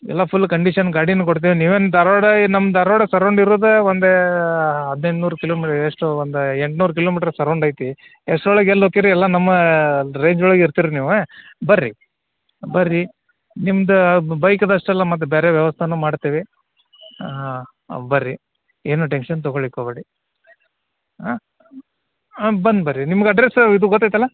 ಎಲ್ಲ full condition ಗಾಡಿನೇ ಕೊಡ್ತೇವೆ ನೀವೇನು ಧಾರವಾಡ ಏ ನಮ್ಮ ಧಾರವಾಡ ಸರೌಂಡ್ ಇರುದೇ ಒಂದು ಹದಿನೈದು ನೂರು ಕಿಲೋ ಮಿ ಎಷ್ಟು ಒಂದು ಎಂಟುನೂರು ಕಿಲೋಮೀಟ್ರ್ ಸರೌಂಡ್ ಐತಿ ಎಷ್ಟರೊಳಗ್ ಎಲ್ಲಿ ಹೊಕ್ಕಿರಿ ಎಲ್ಲ ನಮ್ಮ ರೇಂಜೊಳಗೆ ಇರ್ತೀರಿ ನೀವು ಬನ್ರಿ ಬನ್ರಿ ನಿಮ್ದು ಬೈಕದಷ್ಟಲ್ಲ ಮತ್ತು ಬೇರೆ ವ್ಯವಸ್ಥೆನೂ ಮಾಡ್ತೀವಿ ಹಾಂ ಬನ್ರಿ ಏನೂ ಟೆನ್ಶನ್ ತಗೋಳ್ಳಿಕ್ಕೆ ಹೋಗ್ಬೇಡಿ ಹಾಂ ಹಾಂ ಬಂದು ಬನ್ರಿ ನಿಮ್ಗೆ ಅಡ್ರೆಸ್ ಇದು ಗೊತ್ತೈತಲ್ಲ